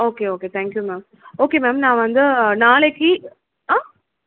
okay okay thank you ma'am okay ma'am நான் வந்து நாளைக்கு ஆ